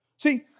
See